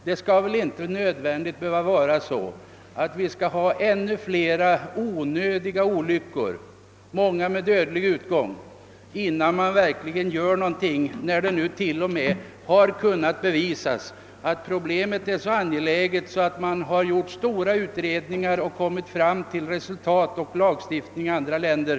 Vi skall väl inte behöva få flera onödiga olyckor, många med dödlig utgång, innan man verkligen gör någonting, när det nu har visat sig att problemet är så angeläget att man gjort stora utredningar och att man åstadkommit resultat och lagstiftning i andra länder.